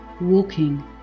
walking